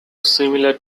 similar